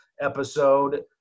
episode